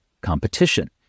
competition